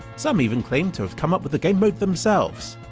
some even claimed to have come up with the gamemode themselves!